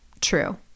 true